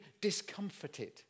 discomforted